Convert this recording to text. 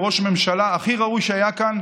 הוא ראש הממשלה הכי ראוי שהיה כאן,